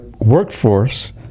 workforce